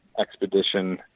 Expedition